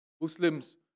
Muslims